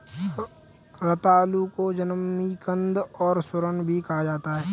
रतालू को जमीकंद और सूरन भी कहा जाता है